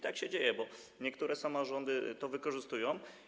Tak się dzieje, niektóre samorządy to wykorzystują.